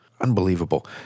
Unbelievable